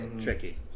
tricky